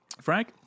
Frank